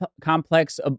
complex